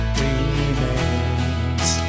remains